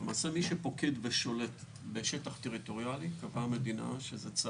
למעשה, מי שפוקד ושולט בשטח טריטוריאלי זה צה"ל.